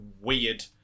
weird